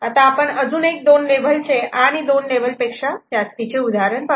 आता आपण अजून एक 2 लेव्हल चे आणि 2 लेव्हल पेक्षा जास्तीचे उदाहरण पाहू